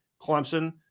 Clemson